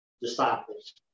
disciples